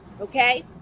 okay